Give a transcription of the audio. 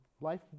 Life